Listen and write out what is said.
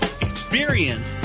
experience